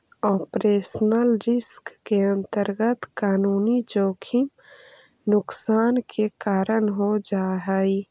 operational risk के अंतर्गत कानूनी जोखिम नुकसान के कारण हो जा हई